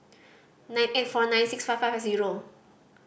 nine eight four nine six five five zero